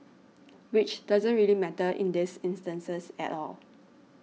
which doesn't really matter in this instance at all